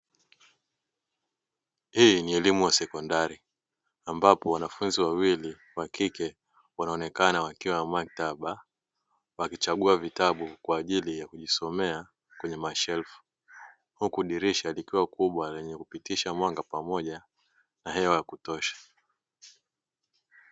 Hii ni elimu ya sekondari ambapo wanafunzi wawili wa kike wanaonekana wakiwa maktaba wakichagua vitabu kwa ajili ya kujisomea kwenye mashelfu, huku dirisha likiwa kubwa na lenye kupitisha mwanga pamoja na hewa ya kutosha.